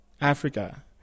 Africa